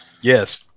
yes